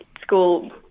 school